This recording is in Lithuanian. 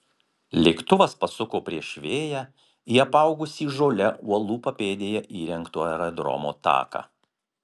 lėktuvas pasuko prieš vėją į apaugusį žole uolų papėdėje įrengto aerodromo taką